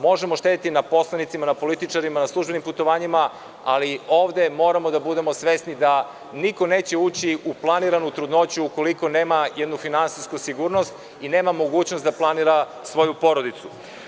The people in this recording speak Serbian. Možemo štedeti na poslanicima, političarima, na službenim putovanjima, ali ovde moramo da budemo svesni da niko neće ući u planiranu trudnoću ukoliko nema jednu finansijsku sigurnost i nema mogućnost da planira svoju porodicu.